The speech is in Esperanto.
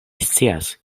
scias